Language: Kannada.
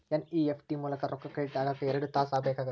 ಎನ್.ಇ.ಎಫ್.ಟಿ ಮೂಲಕ ರೊಕ್ಕಾ ಕ್ರೆಡಿಟ್ ಆಗಾಕ ಎರಡ್ ತಾಸ ಬೇಕಾಗತ್ತಾ